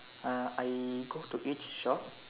uh I go to each shop